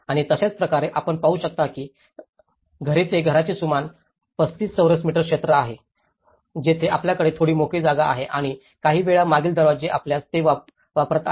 आणि तशाच प्रकारे आपण पाहू शकता की घरे ते घराचे सुमारे 35 चौरस मीटर क्षेत्र देत आहेत जिथे त्यांच्याकडे थोडी मोकळी जागा आहे आणि काहीवेळा मागील दरवाजे असल्यास ते वापरत आहेत